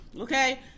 Okay